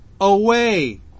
away